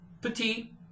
petite